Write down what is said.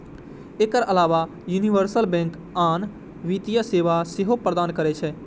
एकर अलाव universal bank आन वित्तीय सेवा सेहो प्रदान करै छै